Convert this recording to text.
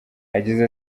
yagize